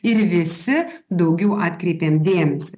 ir visi daugiau atkreipiam dėmesį